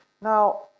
Now